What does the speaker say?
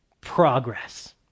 progress